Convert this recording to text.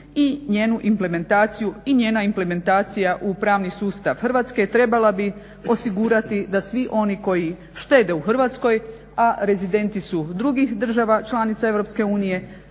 i njenu implementaciju i njena implementacija u pravni sustav Hrvatske trebala bi osigurati da svi oni koji štede u Hrvatskoj, a rezidenti su drugih država članica EU